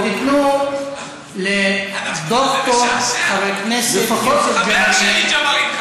ותנו לד"ר חבר הכנסת יוסף ג'בארין,